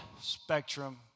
spectrum